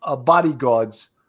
bodyguards